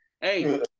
Hey